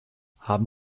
haben